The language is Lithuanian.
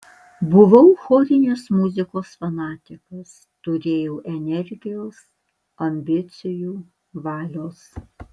buvau chorinės muzikos fanatikas turėjau energijos ambicijų valios